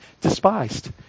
despised